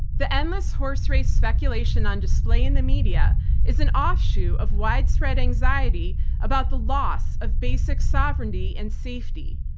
the endless horse race speculation on display in the media is an offshoot of widespread anxiety about the loss of basic sovereignty and safety.